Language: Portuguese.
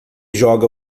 joga